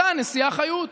אותה הנשיאה חיות.